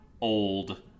old